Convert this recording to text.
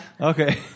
Okay